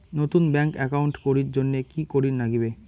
নতুন bank account করির জন্যে কি করিব নাগিবে?